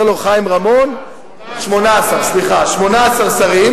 שמונה-עשר, שמונה-עשר.